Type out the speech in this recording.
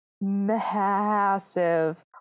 massive